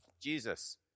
Jesus